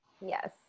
Yes